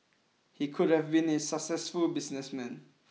he could have been a successful businessman